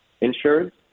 insurance